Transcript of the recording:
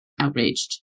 outraged